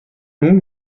nun